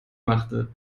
machte